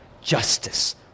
justice